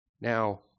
Now